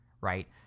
right